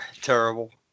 Terrible